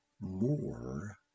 more